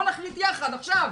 בואו נחליט יחד עכשיו.